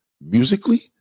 musically